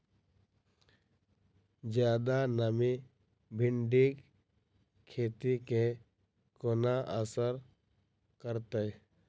जियादा नमी भिंडीक खेती केँ कोना असर करतै?